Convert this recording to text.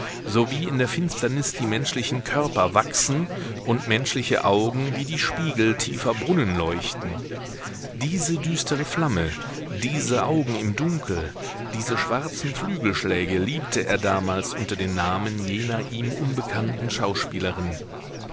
wie in der finsternis die menschlichen körper wachsen und menschliche augen wie die spiegel tiefer brunnen leuchten diese düstere flamme diese augen im dunkel diese schwarzen flügelschläge liebte er damals unter dem namen jener ihm unbekannten schauspielerin